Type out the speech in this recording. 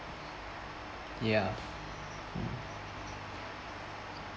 ya